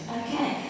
okay